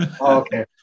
Okay